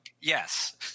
Yes